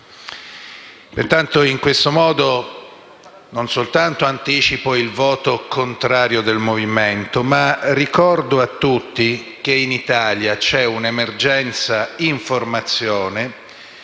Pertanto in questo modo non solo anticipo il voto contrario del Movimento, ma ricordo a tutti che in Italia c'è un'emergenza informazione